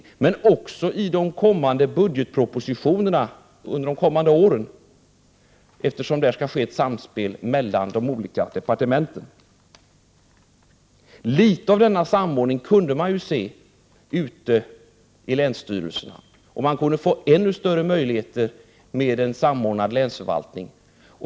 Så är också fallet med de kommande budgetpropositionerna under de kommande åren, eftersom det skall ske ett samspel mellan de olika departementen. Litet av denna samordning kunde man se ute i länsstyrelserna. Man kunde få ännu större möjligheter med en samordnad länsförvaltning.